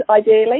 ideally